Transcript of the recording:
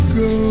go